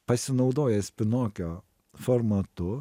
pasinaudojęs pinokio formatu